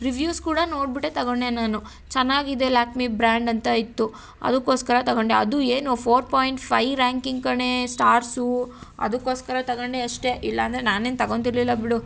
reviews ಕೂಡ ನೋಡಿಬಿಟ್ಟೇ ತಗೊಂಡೆ ನಾನು ಚೆನ್ನಾಗಿದೆ ಲ್ಯಾಕ್ಮಿ ಬ್ರ್ಯಾಂಡ್ ಅಂತ ಇತ್ತು ಅದಕ್ಕೋಸ್ಕರ ತಗೊಂಡೆ ಅದು ಏನು ಫೋರ್ ಪೋಯಿಂಟ್ ಫೈ ರ್ಯಾಂಕಿಂಗ್ ಕಣೇ ಸ್ಟಾರ್ಸು ಅದಕ್ಕೋಸ್ಕರ ತಗೊಂಡೆ ಅಷ್ಟೇ ಇಲ್ಲಾಂದರೆ ನಾನೇನು ತಗೊಂತಿರಲಿಲ್ಲ ಬಿಡು